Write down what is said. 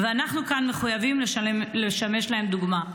ואנחנו כאן מחויבים לשמש להם דוגמה.